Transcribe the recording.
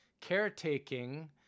caretaking